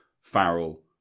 Farrell